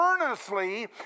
earnestly